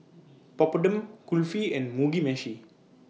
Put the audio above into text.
Papadum Kulfi and Mugi Meshi